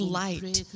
light